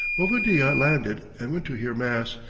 bovadilla landed and went to hear mass,